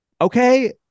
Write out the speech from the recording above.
Okay